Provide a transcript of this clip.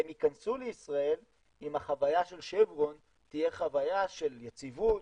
והם ייכנסו לישראל אם החוויה של שברון תהיה חוויה של יציבות,